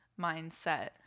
mindset